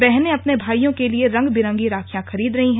बहनें अपने भाइयों के लिए रंग बिरंगी राखियाँ खरीद रहीं हैं